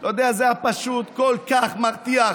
אתה יודע, זה היה פשוט כל כך מרתיח.